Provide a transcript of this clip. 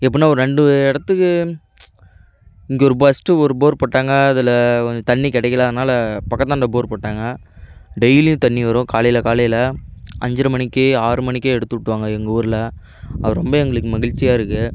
எப்புடின்னா ஒரு ரெண்டு இடத்துக்கு இங்கே ஒரு பஸ்ட்டு ஒரு போர் போட்டாங்க அதில் கொஞ்சம் தண்ணீ கிடைக்கல அதனால பக்கத்தாண்ட போர் போட்டாங்க டெய்லியும் தண்ணீ வரும் காலையில் காலையில் அஞ்சரை மணிக்கு ஆறு மணிக்கே எடுத்துவிட்டுருவாங்க எங்கள் ஊரில் அது ரொம்பவே எங்களுக்கு மகிழ்ச்சியாக இருக்குது